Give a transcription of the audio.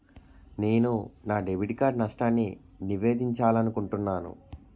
నేను నా debit card నష్టాన్ని నివేదించాలనుకుంటున్నాను